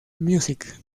music